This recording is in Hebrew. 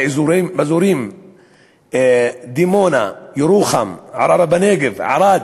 באזורים דימונה, ירוחם, ערערה-בנגב, ערד,